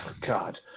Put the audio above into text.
God